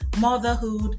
motherhood